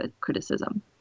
criticism